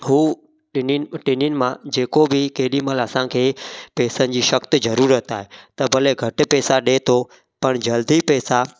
हू टिन्हनि टिन्हनि मां जेको बि केॾी महिल असांखे पैसनि जी सख़्त ज़रूरत आहे त भले घटि पैसा ॾिए थो पर जल्दी पैसा